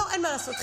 אין מה לעשות,